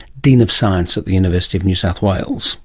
dean of science at the university of new south wales